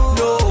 no